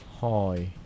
Hi